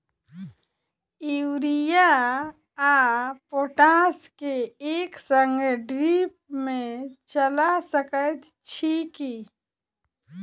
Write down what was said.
Urea आ potash केँ एक संगे ड्रिप मे चला सकैत छी की?